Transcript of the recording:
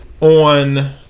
on